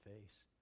face